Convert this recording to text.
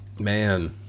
Man